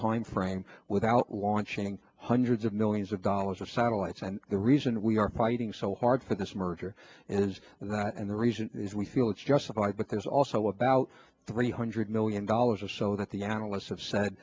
timeframe without launching hundreds of millions of dollars of satellites and the reason we are fighting so hard for this merger is and the reason is we feel it's justified but there's also about three hundred million dollars or so that the analysts have said